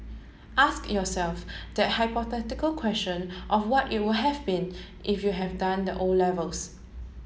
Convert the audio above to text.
ask yourself that hypothetical question of what it would have been if you had done the O levels